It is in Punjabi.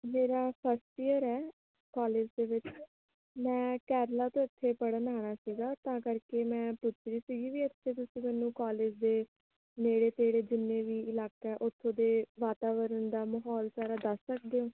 ਮੇਰਾ ਫਸਟ ਈਅਰ ਹੈ ਕੋਲਜ ਦੇ ਵਿੱਚ ਮੈਂ ਕੈਰਲਾ ਤੋਂ ਇਥੇ ਪੜ੍ਹਨ ਆਉਣਾ ਸੀਗਾ ਤਾਂ ਕਰਕੇ ਮੈਂ ਪੁੱਛ ਰਹੀ ਸੀਗੀ ਵੀ ਇਥੇ ਤੁਸੀਂ ਮੈਨੂੰ ਕੋਲਜ ਦੇ ਨੇੜੇ ਤੇੜੇ ਜਿੰਨੇ ਵੀ ਇਲਾਕਾ ਉਥੋਂ ਦੇ ਵਾਤਾਵਰਨ ਦਾ ਮਾਹੌਲ ਸਾਰਾ ਦੱਸ ਸਕਦੇ ਹੋ